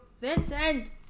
vincent